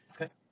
Okay